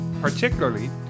particularly